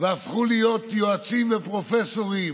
והפכו להיות יועצים ופרופסורים